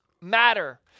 matter